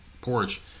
porch